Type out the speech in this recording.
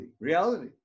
Reality